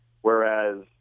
whereas